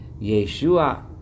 Yeshua